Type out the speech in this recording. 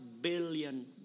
billion